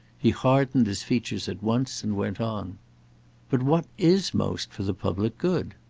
he hardened his features at once, and went on but what is most for the public good?